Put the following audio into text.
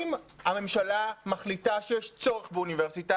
אם הממשלה מחליטה שיש צורך באוניברסיטה,